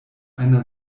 einer